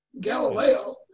Galileo